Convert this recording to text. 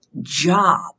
job